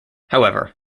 however